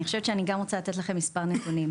אני חושבת שאני גם רוצה לתת להם מספר נתונים.